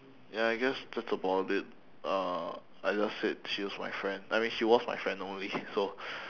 ya I guess that's about it uh I just said she was my friend I mean she was my friend only so